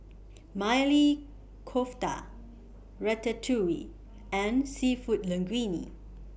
Maili Kofta Ratatouille and Seafood Linguine